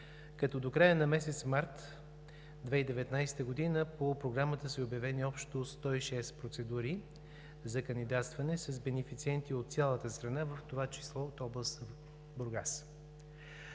като до края на месец март 2019 г. по Програмата са обявени общо 106 процедури за кандидатстване с бенефициенти от цялата страна, в това число от област Бургас.